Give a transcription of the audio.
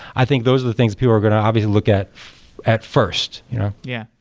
i think those are the things people are going to obviously look at at first yeah.